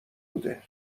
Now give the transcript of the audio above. بوده